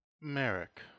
Merrick